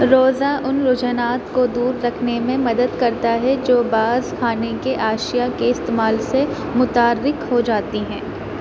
روزہ ان رجحانات کو دور رکھنے میں مدد کرتا ہے جو بعض کھانے کی اشیاء کے استعمال سے متحرک ہو جاتی ہیں